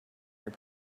your